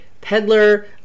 peddler